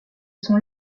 sont